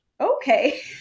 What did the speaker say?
Okay